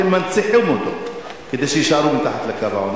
אתם מנציחים אותו כדי שיישארו מתחת לקו העוני.